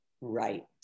Right